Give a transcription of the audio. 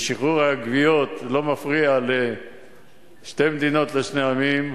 ששחרור הגוויות לא מפריע לשתי מדינות לשני עמים,